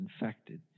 infected